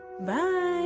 Bye